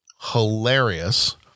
hilarious